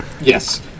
Yes